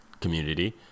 community